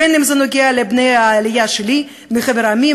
בין אם זה נוגע לבני העלייה שלי מחבר העמים,